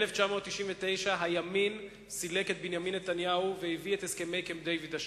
ב-1999 הימין סילק את בנימין נתניהו והביא את הסכמי קמפ-דייוויד השניים.